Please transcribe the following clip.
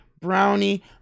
brownie